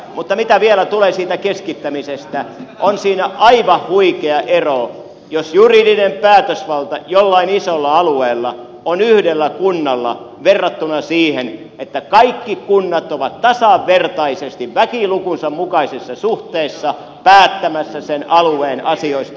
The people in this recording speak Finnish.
mutta mitä vielä tulee siihen keskittämiseen on siinä aivan huikea ero jos juridinen päätösvalta jollain isolla alueella on yhdellä kunnalla verrattuna siihen että kaikki kunnat ovat tasavertaisesti väkilukunsa mukaisessa suhteessa päättämässä sen alueen asioista